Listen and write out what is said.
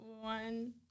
One